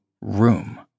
room